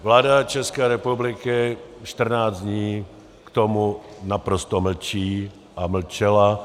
Vláda České republiky čtrnáct dní k tomu naprosto mlčí a mlčela.